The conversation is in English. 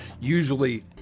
usually